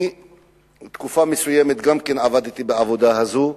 תקופה מסוימת גם אני עבדתי בעבודה הזאת,